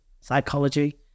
psychology